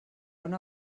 una